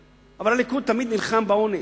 הליכוד, אבל הליכוד תמיד נלחם בעוני.